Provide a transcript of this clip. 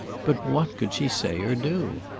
but what could she say or do?